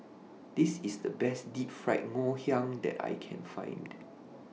This IS The Best Deep Fried Ngoh Hiang that I Can Find